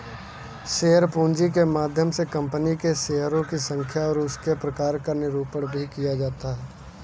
share पूंजी के माध्यम से कंपनी के शेयरों की संख्या और उसके प्रकार का निरूपण भी किया जाता है